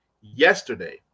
yesterday